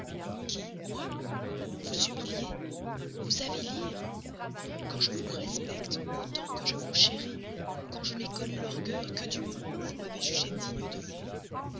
qui moi vous humilier vous avilir quand je vous respecte autant que je vous chéris quand je n'ai connu l'orgueil que du moment où vous m'avez jugé digne de vous